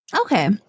Okay